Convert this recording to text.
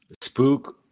Spook